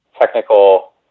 technical